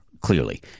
clearly